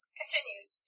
continues